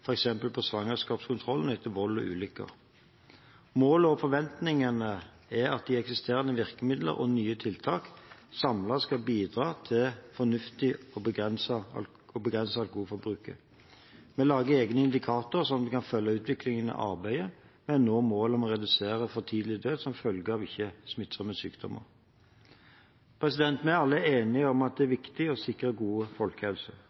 på svangerskapskontroll og etter vold og ulykker Målet og forventningene er at de eksisterende virkemidlene og de nye tiltakene samlet skal bidra til fornuftig og begrenset alkoholbruk. Vi vil lage egne indikatorer slik at vi kan følge utviklingen i arbeidet med å nå målet om å redusere for tidlig død som følge av ikke-smittsomme sykdommer. Vi er alle enige om at det er viktig å sikre god folkehelse.